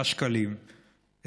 6 שקלים,